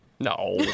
No